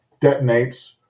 detonates